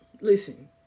listen